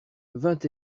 vingt